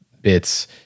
bits